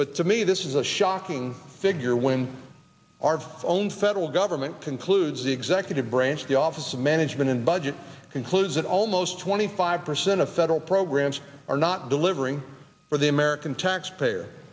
but to me this is a shocking figure when our own federal government concludes the executive branch the office of management and budget concludes that almost twenty five percent of federal programs are not delivering for the american taxpayer